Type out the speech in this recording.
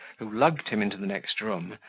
who lugged him into the next room,